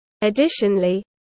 Additionally